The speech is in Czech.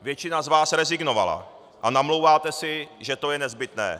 Většina z vás rezignovala a namlouváte si, že to je nezbytné.